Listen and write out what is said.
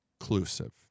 Inclusive